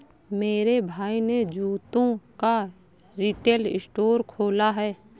मेरे भाई ने जूतों का रिटेल स्टोर खोला है